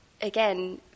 again